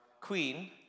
queen